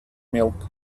milk